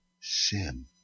sin